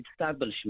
establishment